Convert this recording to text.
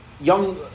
young